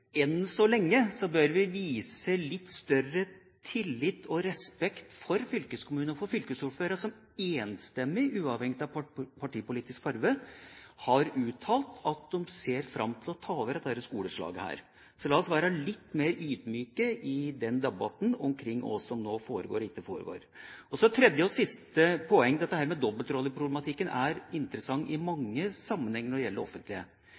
enn så lenge bør vi ha litt større tillit til og vise respekt for fylkeskommunene og for fylkesordførere som enstemmig – uavhengig av partipolitisk farge – har uttalt at de ser fram til å ta over dette skoleslaget. Så la oss være litt mer ydmyke i debatten omkring hva som nå foregår – og ikke foregår. Så til tredje og siste poeng: Dette med dobbeltrolleproblematikken er interessant i mange sammenhenger når det gjelder det offentlige.